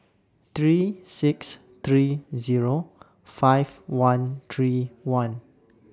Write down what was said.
three six three Zero five one three one